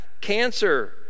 cancer